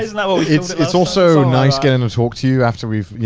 isn't that what we, it's it's also nice getting to talk to you after we've, you